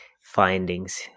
findings